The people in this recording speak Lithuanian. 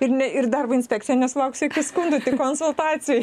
ir ne ir darbo inspekcija nesulauks jokių skundų tik konsultacijai